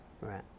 right